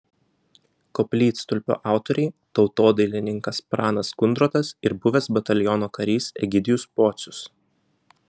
koplytstulpio autoriai tautodailininkas pranas kundrotas ir buvęs bataliono karys egidijus pocius